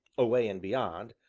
away and beyond,